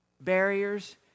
barriers